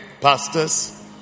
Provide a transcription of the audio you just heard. Pastors